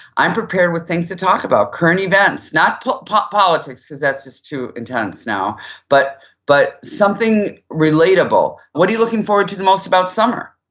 i'm prepared with things to talk about. current events, not politics because that's just too intense now but but something relatable. what are you looking forward to the most about summer?